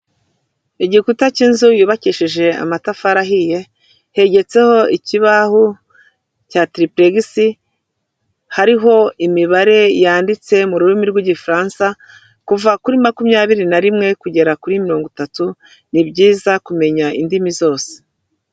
igikuta cy'inzu yubakishije amatafari ahiye hegetseho ikibaho cya tiripurexi hariho imibare yanditse mu rurimi rw'igifaransa kuva kuri makumyabiri na rimwe kugera kuri mirongo itatu ni byiza kumenya indimi zose.